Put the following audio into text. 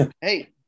hey